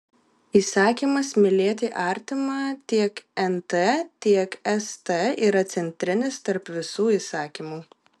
įsakymas mylėti artimą tiek nt tiek st yra centrinis tarp visų įsakymų